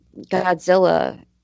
Godzilla